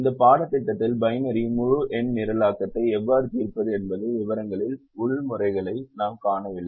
இந்த பாடத்திட்டத்தில் பைனரி முழு எண் நிரலாக்கத்தை எவ்வாறு தீர்ப்பது என்பது விவரங்களில் உள்ள முறைகளை நாம் காணவில்லை